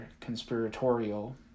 conspiratorial